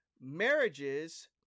marriages